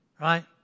right